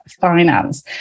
finance